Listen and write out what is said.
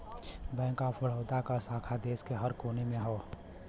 bank of Baroda क शाखा देश के हर कोने में हौ